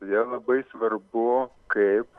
todėl labai svarbu kaip